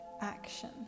action